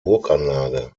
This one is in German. burganlage